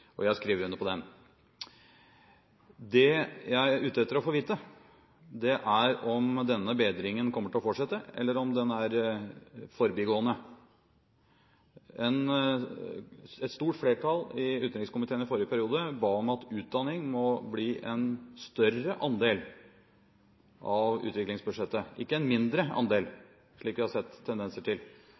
og jeg skriver under på den! Det jeg er ute etter å få vite, er om denne bedringen kommer til å fortsette, eller om den er forbigående. Et stort flertall i utenrikskomiteen i forrige periode ba om at utdanning må bli en større andel av utviklingsbudsjettet og ikke en mindre andel, slik vi har sett tendenser til.